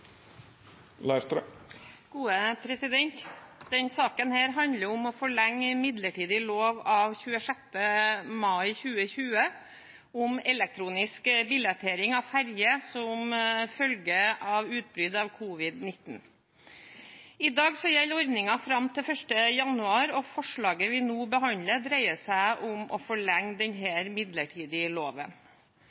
om å forlenge midlertidig lov av 26. mai 2020 om elektronisk billettering på ferjer som følge av utbruddet av covid-19. I dag gjelder ordningen fram til 1. januar, og forslaget vi nå behandler, dreier seg om å forlenge